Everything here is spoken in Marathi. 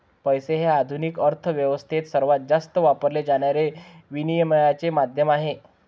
पैसा हे आधुनिक अर्थ व्यवस्थेत सर्वात जास्त वापरले जाणारे विनिमयाचे माध्यम आहे